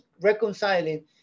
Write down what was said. reconciling